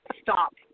stop